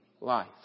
life